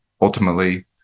ultimately